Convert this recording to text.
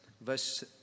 verse